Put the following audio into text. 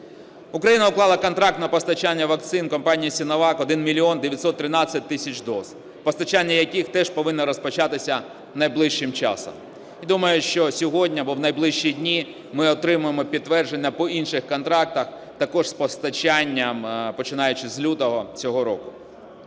Україна уклала контракт на постачання вакцин компанії Sinovac 1 мільйон 913 тисяч доз, постачання яких теж повинно розпочатися найближчим часом. Думаю, що сьогодні або в найближчі дні ми отримаємо підтвердження по інших контрактах також з постачанням, починаючи з лютого цього року.